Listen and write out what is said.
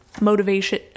motivation